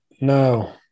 No